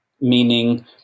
meaning